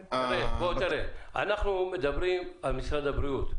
תראה, אנחנו מדברים על משרד הבריאות.